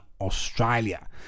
Australia